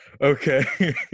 Okay